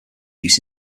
use